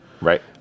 Right